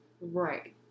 Right